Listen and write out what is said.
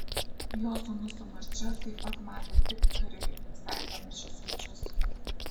jo sūnus su marčia taip pat matė tik fiurerį visai pamiršę svečius